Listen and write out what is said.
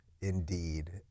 indeed